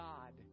God